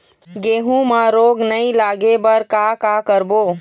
गेहूं म रोग नई लागे बर का का करबो?